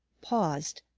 paused,